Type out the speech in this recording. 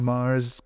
Mars